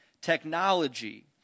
technology